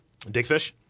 Dickfish